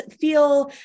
feel